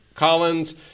Collins